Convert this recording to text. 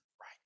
right